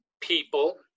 people